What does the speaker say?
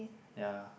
ya